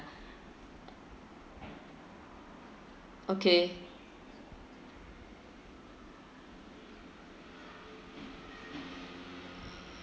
okay